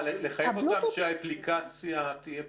לחייב אותם שהאפליקציה תהיה פתוחה?